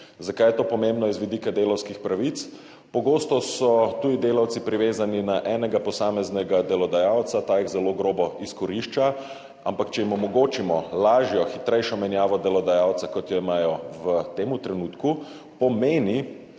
Zakaj je to pomembno z vidika delavskih pravic? Pogosto so tuji delavci privezani na enega posameznega delodajalca, ta jih zelo grobo izkorišča. Ampak če jim omogočimo lažjo, hitrejšo menjavo delodajalca kot jo imajo v tem trenutku, pomeni,